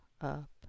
Up